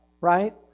right